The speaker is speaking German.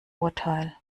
urteil